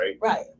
right